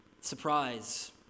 Surprise